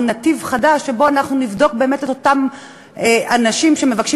או נתיב חדש שבו אנחנו נבדוק באמת את אותם אנשים שמבקשים